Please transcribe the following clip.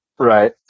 Right